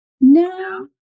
No